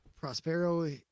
Prospero